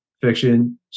fiction